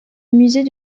musée